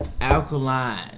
Alkaline